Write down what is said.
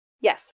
Yes